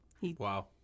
Wow